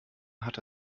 hatte